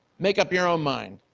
make up your own mind.